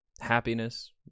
happiness